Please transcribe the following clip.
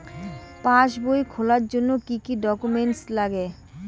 পাসবই খোলার জন্য কি কি ডকুমেন্টস লাগে?